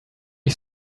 ich